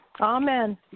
Amen